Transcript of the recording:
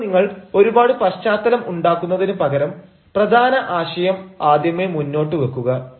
അപ്പോൾ നിങ്ങൾ ഒരുപാട് പശ്ചാത്തലം ഉണ്ടാക്കുന്നതിനു പകരം പ്രധാന ആശയം ആദ്യമേ മുന്നോട്ടു വെക്കുക